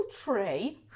tray